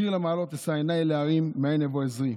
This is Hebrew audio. "שיר למעלות אשא עיני אל ההרים מאין יבא עזרי.